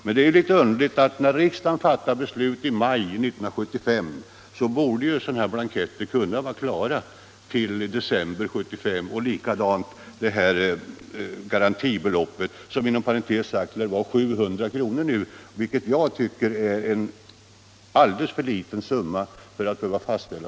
Men när riksdagen fattade beslut i maj 1975 borde blanketterna vara klara och garantibeloppet fastställt till december 1975. Inom parentes sagt lär beloppet vara 700 kr., vilket jag tycker är en alldeles för liten summa.